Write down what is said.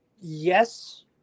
yes